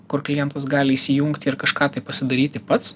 kur klientas gali įsijungti ir kažką taip pasidaryti pats